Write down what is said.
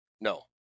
No